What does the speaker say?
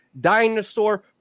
dinosaur